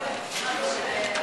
בבקשה, שאלת המשך.